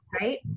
right